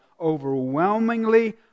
overwhelmingly